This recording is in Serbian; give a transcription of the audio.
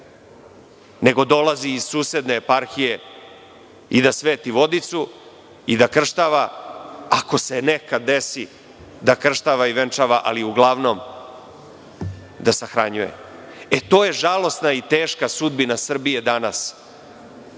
nego dolazi iz susedne eparhije i da sveti vodicu i da krštava, ako se nekad desi da krštava i venčava ali uglavnom da sahranjuje. To je žalosna i teška sudbina Srbije danas. Da